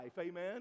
amen